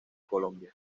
colombia